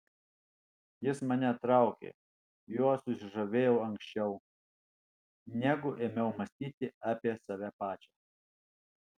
jis mane traukė juo susižavėjau anksčiau negu ėmiau mąstyti apie save pačią